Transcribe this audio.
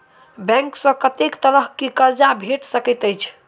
Bank सऽ कत्तेक तरह कऽ कर्जा भेट सकय छई?